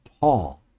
Paul